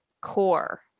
core